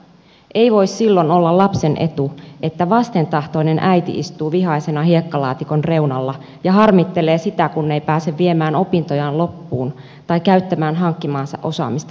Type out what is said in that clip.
ei voi silloin olla lapsen etu että vastentahtoinen äiti istuu vihaisena hiekkalaatikon reunalla ja harmittelee sitä kun ei pääse viemään opintojaan loppuun tai käyttämään hankkimaansa osaamista työpaikalla